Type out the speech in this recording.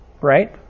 Right